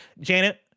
Janet